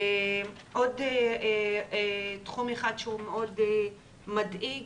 עוד תחום אחד שהוא מאוד מדאיג,